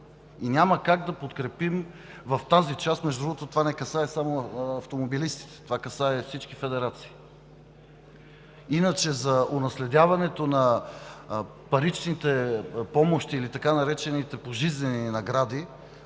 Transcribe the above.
и няма как да подкрепим тази част. Между другото, това не касае само автомобилистите, това касае всички федерации. За унаследяването на паричните помощи или така наречените пожизнени награди